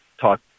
talk